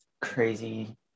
crazy